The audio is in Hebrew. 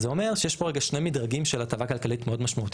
זה אומר שיש פה רגע שני מדרגים של הטבה כלכלית מאוד משמעותית,